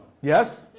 Yes